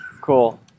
Cool